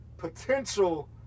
Potential